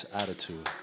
attitude